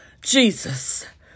Jesus